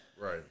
Right